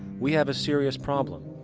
we have a serious problem,